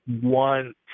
one